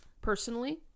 personally